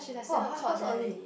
!woah! why so early